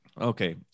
Okay